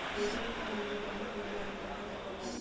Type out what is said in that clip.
ATM card ಇಂದ bank ಹೋಗಲಾರದ ರೊಕ್ಕ ತಕ್ಕ್ಕೊಬೊದು